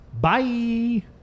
Bye